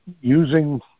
using